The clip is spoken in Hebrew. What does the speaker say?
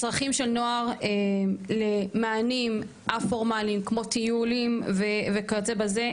הצרכים של נוער למענים א-פורמליים כמו טיולים וכיוצא בזה,